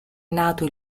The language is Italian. nato